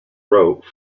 wrote